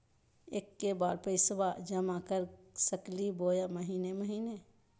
एके बार पैस्बा जमा कर सकली बोया महीने महीने?